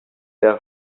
der